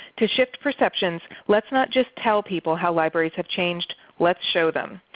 to shift perceptions let's not just tell people how libraries have changed let's show them.